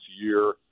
year